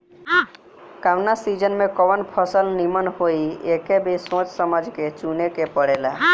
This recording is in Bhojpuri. कवना सीजन में कवन फसल निमन होई एके भी सोच समझ के चुने के पड़ेला